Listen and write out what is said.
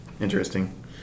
Interesting